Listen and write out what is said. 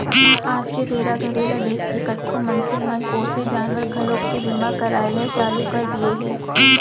आज के बेरा घड़ी ल देखके कतको मनसे मन पोसे जानवर घलोक के बीमा कराय ल चालू कर दिये हें